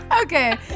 okay